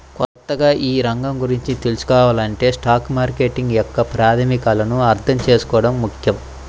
కొత్తగా ఈ రంగం గురించి తెల్సుకోవాలంటే స్టాక్ మార్కెట్ యొక్క ప్రాథమికాలను అర్థం చేసుకోవడం ముఖ్యం